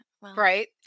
Right